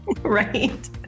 right